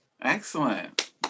Excellent